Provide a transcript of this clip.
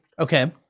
Okay